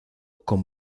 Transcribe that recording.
con